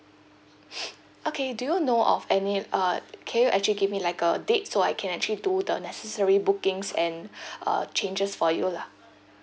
okay do you know of any uh can you actually give me like a date so I can actually do the necessary bookings and uh changes for you lah